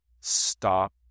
stop